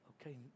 Okay